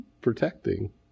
protecting